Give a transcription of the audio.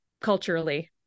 culturally